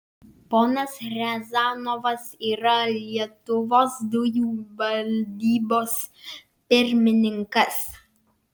ponas riazanovas yra lietuvos dujų valdybos pirmininkas